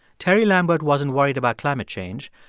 terry lambert wasn't worried about climate change.